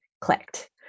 clicked